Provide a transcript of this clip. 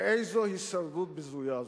ואיזו הישרדות בזויה זו.